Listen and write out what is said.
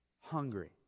hungry